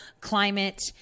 climate